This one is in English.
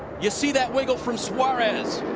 you see that wiggle from suarez.